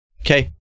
Okay